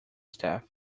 staff